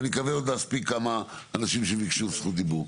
ואני מקווה עוד להספיק כמה אנשים שביקשו זכות דיבור,